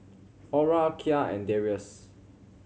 Aura Kya and Darrius